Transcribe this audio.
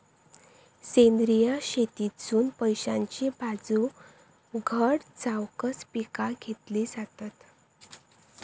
सेंद्रिय शेतीतसुन पैशाची बाजू घट जावकच पिका घेतली जातत